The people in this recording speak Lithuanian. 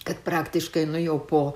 kad praktiškai nu jau po